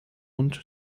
und